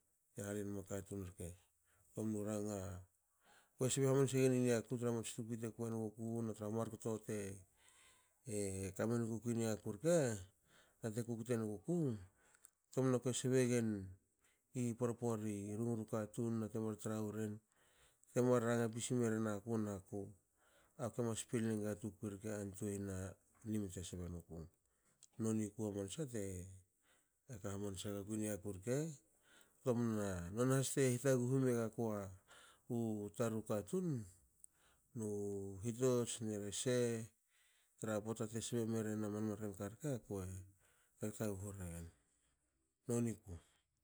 Te halinma katun rke. ktomnu ranga kue sbe hamanse gen i niaku tra mats tukui te kuien guku na tra markto tekamenguku niaku rke nate kukte nguku. ktomna kue sbe gen i porpori i runguru katun nate mar tra woren te mar ranga pisi merin aku- naku akue mas pili nenga tukui rke antuena nimte sbe nuku. Noni ku hamansa teka hamansa gaku niaku rke ktomna noni has te hitaguhu megaku u taru katun nu hitots na rese tra pota te sbe merin aman karke akue tagtaguhu regen noniku.